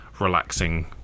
relaxing